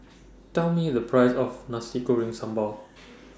Tell Me The Price of Nasi Goreng Sambal